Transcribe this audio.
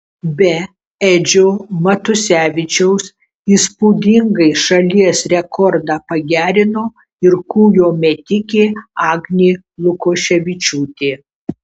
be edžio matusevičiaus įspūdingai šalies rekordą pagerino ir kūjo metikė agnė lukoševičiūtė